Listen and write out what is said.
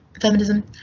feminism